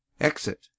exit